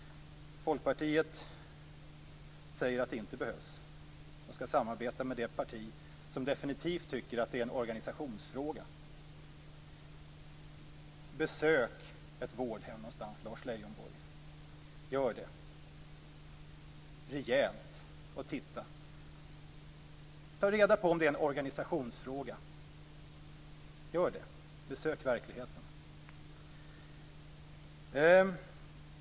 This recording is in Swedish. Folkpartiet säger att det inte behövs. Man skall samarbeta med det parti som definitivt tycker att det är en organisationsfråga. Besök ett vårdhem någonstans, Lars Leijonborg, gör det rejält och titta. Ta reda på om det är en organisationsfråga, gör det. Besök verkligheten.